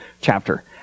chapter